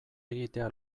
egitea